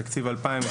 בתקציב 2020,